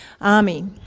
army